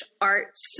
arts